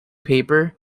paper